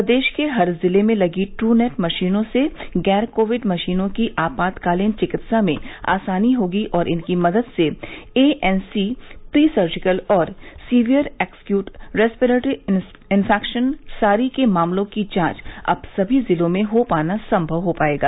प्रदेश के हर जिले में लगी टू नेट मशीनों से गैर कोविड मशीनों की आपातकालीन चिकित्सा में आसानी होगी और इनकी मदद से एएनसी प्री सर्जिकल और severe acute respiratory infection SARI के मामलों की जांच अब सभी जिलों में हो पाना संभव हो जायेगा